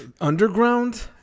underground